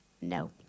No